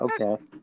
Okay